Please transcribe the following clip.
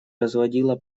разводила